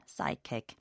sidekick